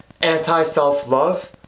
anti-self-love